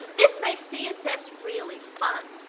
this makes css really fun.